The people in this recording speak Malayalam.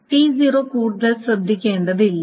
T0 കൂടുതൽ ശ്രദ്ധിക്കേണ്ടത് ഇല്ല